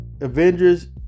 Avengers